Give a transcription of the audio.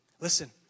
listen